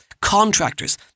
Contractors